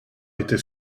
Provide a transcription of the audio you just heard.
était